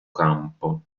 campo